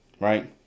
right